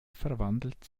verwandelt